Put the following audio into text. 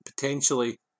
potentially